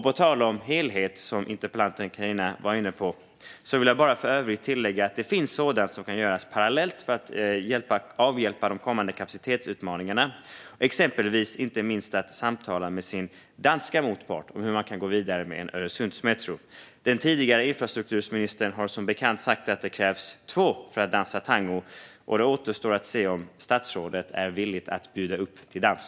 På tal om helhet, som interpellanten Carina Ödebrink var inne på, vill jag för övrigt tillägga att det finns sådant som kan göras parallellt för att avhjälpa de kommande kapacitetsutmaningarna, inte minst att samtala med sin danska motpart om hur man kan gå vidare med en Öresundsmetro. Den tidigare infrastrukturministern har som bekant sagt att det krävs två för att dansa tango. Det återstår att se om statsrådet är villig att bjuda upp till dans.